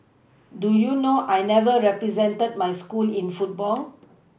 do you know I never represented my school in football